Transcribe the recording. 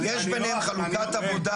יש ביניהם חלוקת עבודה